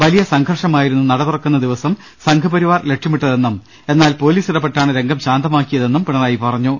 വലിയ സംഘർഷമായിരുന്നു നടതുറക്കുന്ന ദിവസം സംഘ് പരിവാർ ലക്ഷ്യമിട്ടതെന്നും എന്നാൽ പൊലീസ് ഇടപെ ട്ടാണ് രംഗം ശാന്തമാക്കിയതെന്നും പിണറായി പറഞ്ഞു